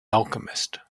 alchemist